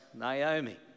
Naomi